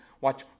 Watch